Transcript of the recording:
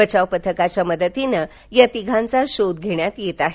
बचाव पथकाच्या मदतीनं या तिघांचा शोध घेण्यात येत आहे